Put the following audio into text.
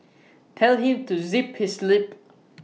tell him to zip his lip